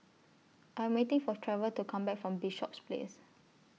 I'm waiting For Trever to Come Back from Bishops Place